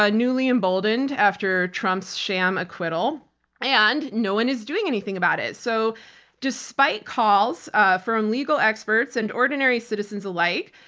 ah newly emboldened after trump's sham acquittal and no one is doing anything about it. so despite calls from legal experts and ordinary citizens alike,